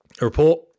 report